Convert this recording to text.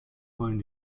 heulen